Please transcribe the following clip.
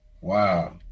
Wow